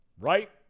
Right